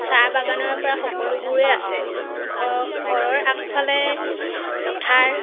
চাহ বাগানৰ পৰা সকলোবোৰে আছে ঘৰ ঘৰৰ আগফালে পথাৰ